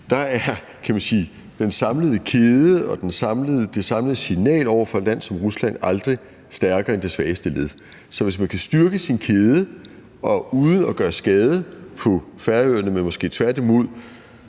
sige – den samlede kæde og det samlede signal over for et land som Rusland aldrig stærkere end det svageste led. Så hvis man kan styrke sin kæde uden at gøre skade på Færøerne, men måske tværtimod